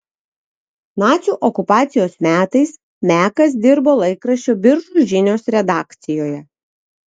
nacių okupacijos metais mekas dirbo laikraščio biržų žinios redakcijoje